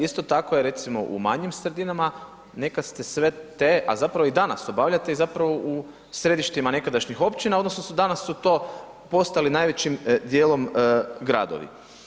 Isto tako je recimo u manjim sredinama, nekada ste sve te, a zapravo i danas obavljate, i zapravo u središtima nekadašnjih općina, odnosno, danas su to postali najvećim dijelom gradovi.